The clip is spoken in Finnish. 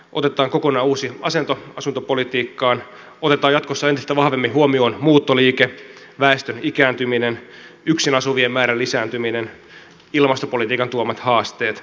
otetaan kokonaan uusi asento asuntopolitiikkaan otetaan jatkossa entistä vahvemmin huomioon muuttoliike väestön ikääntyminen yksin asuvien määrän lisääntyminen ilmastopolitiikan tuomat haasteet